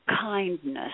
kindness